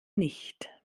nicht